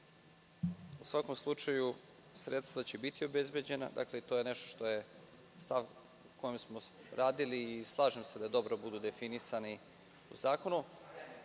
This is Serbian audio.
u svakom slučaju sredstva biti obezbeđena. Dakle, to je nešto što je stav o kome smo radili i slažem se da dobro budu definisani u zakonu. Moram